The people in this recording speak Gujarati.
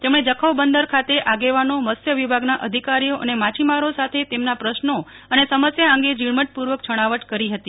તેમણે જખો બંદર ખાતે આગેવાનો મત્સ્ય વિભાગના અધિકારીઓ અને માછીમારો સાથે તેમના પ્રશ્નો અને સમસ્યા અંગે ઝીણવટપૂવક છણાવટ કરી હતી